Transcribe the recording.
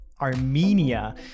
Armenia